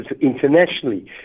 internationally